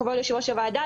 כבוד יושב-ראש הוועדה,